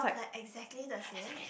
like exactly the same